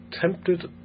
tempted